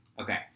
Okay